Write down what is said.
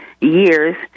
years